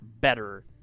better